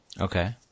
Okay